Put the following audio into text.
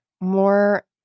more